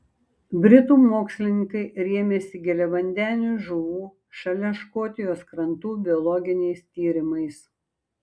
britų mokslininkai rėmėsi giliavandenių žuvų šalia škotijos krantų biologiniais tyrimais